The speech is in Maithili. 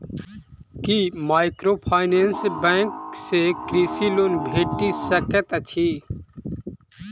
की माइक्रोफाइनेंस बैंक सँ कृषि लोन भेटि सकैत अछि?